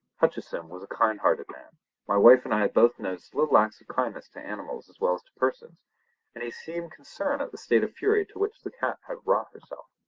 hutcheson was a kind-hearted man my wife and i had both noticed little acts of kindness to animals as well as to persons and he seemed concerned at the state of fury to which the cat had wrought herself.